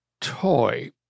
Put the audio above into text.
toy